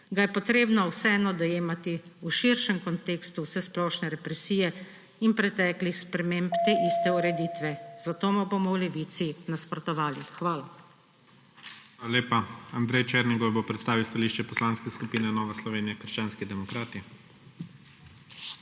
ga je treba vseeno dojemati v širšem kontekstu vsesplošne represije in preteklih sprememb te iste ureditve, zato mu bomo v Levici nasprotovali. Hvala.